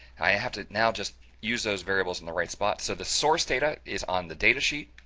i have to now just use those variables in the right spot. so the source data is on the datasheet,